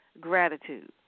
gratitude